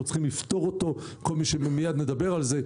צריכים לפתור אותו ומיד נדבר על כך,